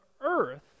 earth